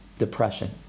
depression